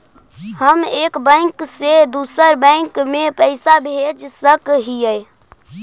हम एक बैंक से दुसर बैंक में पैसा भेज सक हिय?